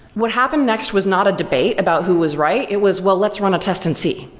what happened next was not a debate about who was right, it was well, let's run a test and see.